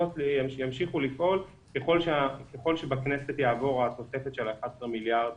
הן ימשיכו לפעול ככל שבכנסת תעבור התוספת של 11 מיליארד